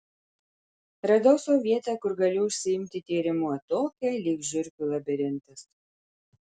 radau sau vietą kur galiu užsiimti tyrimu atokią lyg žiurkių labirintas